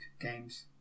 games